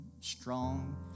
strong